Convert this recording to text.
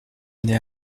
aller